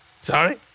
Sorry